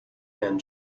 and